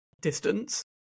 distance